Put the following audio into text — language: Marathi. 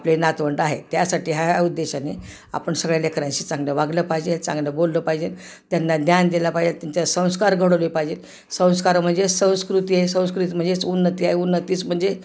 आपले नातवंड आहे त्यासाठी ह्या या उद्देशाने आपण सगळ्या लेकरांशी चांगलं वागलं पाहिजे चांगलं बोललं पाहिजे त्यांना ज्ञान दिलं पाहिजे त्यांच्या संस्कार घडवले पाहिजे संस्कार म्हणजेच संस्कृती आहे संस्कृती म्हणजेच उन्नती आहे उन्नतीच म्हणजे